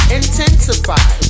intensify